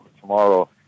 tomorrow